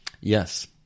Yes